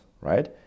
right